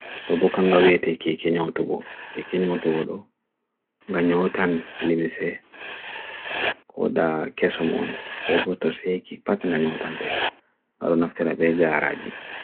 To bo kanga we te kei kenyo otogo, kei kenyo otogo do, ganyo otan limise koda kesomon, ko obo tose ekik patan ganyo otante karonaftina vega araji.